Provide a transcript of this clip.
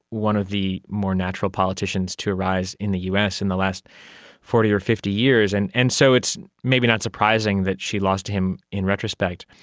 one of the more natural politicians to arise in the us in the last forty or fifty years, and and so it's maybe not surprising that she lost to him in retrospect.